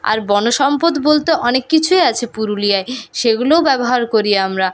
আর বন সম্পদ বলতে অনেক কিছুই আছে পুরুলিয়ায় সেগুলোও ব্যবহার করি আমরা